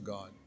God